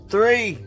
Three